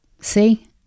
see